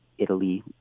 Italy